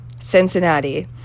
Cincinnati